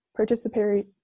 participatory